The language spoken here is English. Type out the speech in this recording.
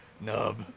nub